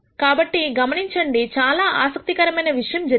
కాబట్టి గమనించండి చాలా ఆసక్తికరమైన విషయం జరిగింది